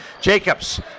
Jacobs